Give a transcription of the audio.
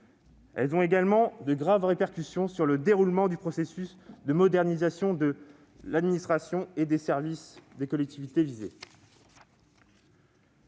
elles ont également de graves répercussions sur le déroulement du processus de modernisation de l'administration et des services des collectivités visées.